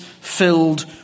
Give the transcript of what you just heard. filled